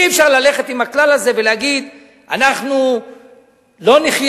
אי-אפשר ללכת עם הכלל הזה ולהגיד: אנחנו לא נחיה